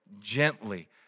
gently